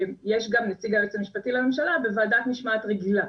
יש גם נציג היועץ המשפטי לממשלה בוועדת משמעת רגילה,